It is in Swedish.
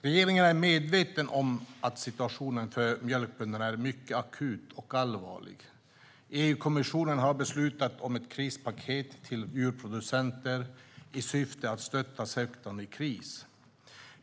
Regeringen är medveten om att situationen för mjölkbönderna är mycket akut och allvarlig. EU-kommissionen har beslutat om ett krispaket till djurproducenter i syfte att stötta sektorer i kris.